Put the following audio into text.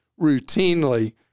routinely